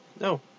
No